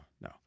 no